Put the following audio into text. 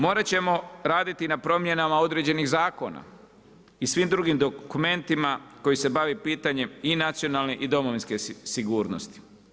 Morat ćemo raditi i na promjenama određenih zakona i svim drugim dokumentima koji se bave pitanjem i nacionalne i domovinske sigurnosti.